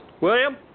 William